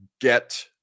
get